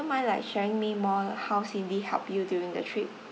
mind like sharing me more how cindy help you during the trip